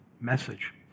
message